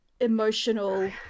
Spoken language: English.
emotional